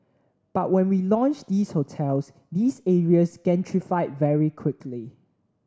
but when we launched these hotels these areas gentrified very quickly